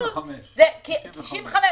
גיל הפרישה.